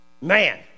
Man